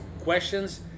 questions